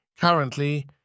Currently